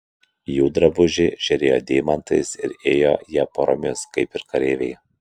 jų drabužiai žėrėjo deimantais ir ėjo jie poromis kaip ir kareiviai